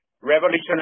revolutionary